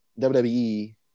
WWE